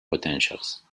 potentials